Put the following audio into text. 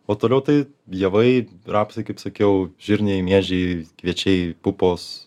o toliau tai javai rapsai kaip sakiau žirniai miežiai kviečiai pupos